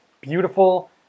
beautiful